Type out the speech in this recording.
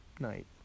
night